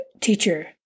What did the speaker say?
teacher